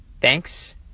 Thanks